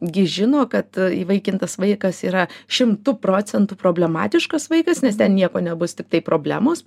gi žino kad įvaikintas vaikas yra šimtu procentų problematiškas vaikas nes ten nieko nebus tiktai problemos